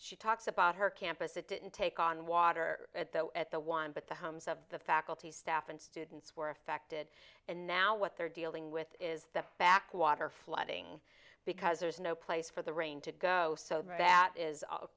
she talks about her campus it didn't take on water at the at the one but the homes of the faculty staff and students were affected and now what they're dealing with is the back water flooding because there's no place for the rain to go so that is